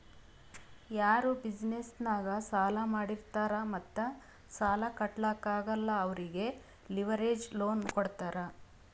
ಯಾರು ಬಿಸಿನೆಸ್ ನಾಗ್ ಸಾಲಾ ಮಾಡಿರ್ತಾರ್ ಮತ್ತ ಸಾಲಾ ಕಟ್ಲಾಕ್ ಆಗಲ್ಲ ಅವ್ರಿಗೆ ಲಿವರೇಜ್ ಲೋನ್ ಕೊಡ್ತಾರ್